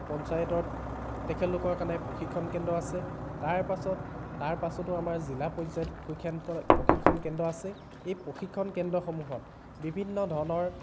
পঞ্চায়তত তেখেতলোকৰ কাৰণে প্ৰশিক্ষণ কেন্দ্ৰ আছে তাৰ পাছত তাৰ পাছতো আমাৰ জিলা পৰ্যায়ত প্ৰশিক্ষণ প্ৰশিক্ষণ কেন্দ্ৰ আছে এই প্ৰশিক্ষণ কেন্দ্ৰসমূহত বিভিন্ন ধৰণৰ